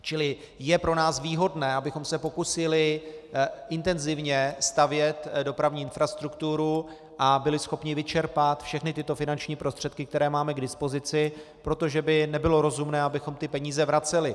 Čili je pro nás výhodné, abychom se pokusili intenzivně stavět dopravní infrastrukturu a byli schopni vyčerpat všechny tyto finanční prostředky, které máme k dispozici, protože by nebylo rozumné, abychom peníze vraceli.